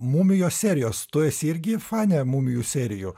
mumijos serijos tu esi irgi fanė mumijų serijų